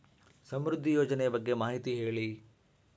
ಸಮೃದ್ಧಿ ಯೋಜನೆ ಬಗ್ಗೆ ಮಾಹಿತಿ ಹೇಳಿ?